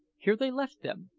here they left them,